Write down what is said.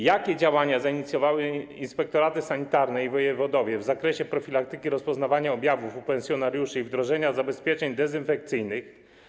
Jakie działania zainicjowały inspektoraty sanitarne i wojewodowie w zakresie profilaktyki rozpoznawania objawów u pensjonariuszy i wdrożenia zabezpieczeń dezynfekcyjnych?